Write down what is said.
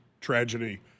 tragedy